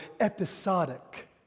episodic